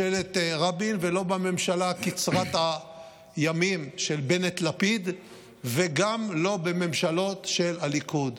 רבין ולא בממשלה קצרת הימים של בנט-לפיד וגם לא בממשלות של הליכוד.